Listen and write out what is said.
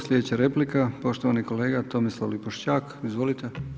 Sljedeća replika poštovani kolega Tomislav Lipošćak, izvolite.